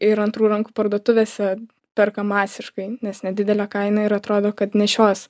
ir antrų rankų parduotuvėse perka masiškai nes nedidelė kaina ir atrodo kad nešiosi